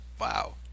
Wow